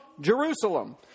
Jerusalem